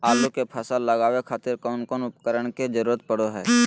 आलू के फसल लगावे खातिर कौन कौन उपकरण के जरूरत पढ़ो हाय?